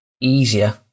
easier